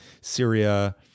Syria